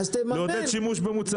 לעודד שימוש במוצרים.